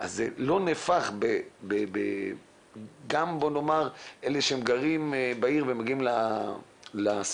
אז זה לא נהפך גם אלה שגרים בעיר ומגיעים לסופר,